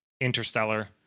Interstellar